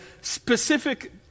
specific